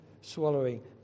Swallowing